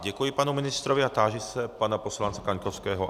Děkuji panu ministrovi a táži se pana poslance Kaňkovského...